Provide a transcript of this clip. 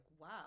wow